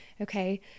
Okay